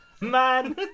Man